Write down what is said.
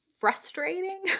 frustrating